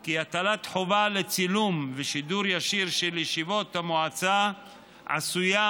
כי הטלת חובה לצילום ושידור ישיר של ישיבות המועצה עשויה,